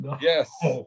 Yes